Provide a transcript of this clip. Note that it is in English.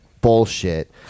bullshit